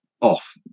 off